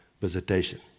visitation